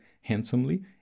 handsomely